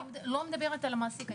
אני לא מדברת על המעסיק.